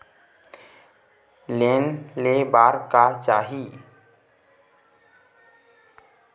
Loan ले बार का चाही?